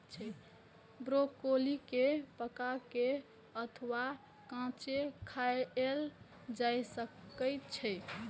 broccoli कें पका के अथवा कांचे खाएल जा सकै छै